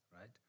right